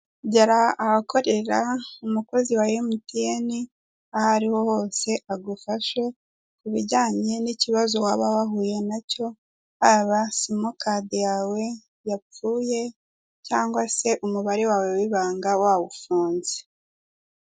Gera ahakorera umukozi wa mtn aho ariho hose agufashe ku bijyanye n'ikibazo waba wahuye nacyo. Yaba simukadi yawe yapfuye, cyangwa se umubare wawe w'ibanga wawufunze.